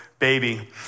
baby